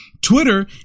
Twitter